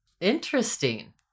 Interesting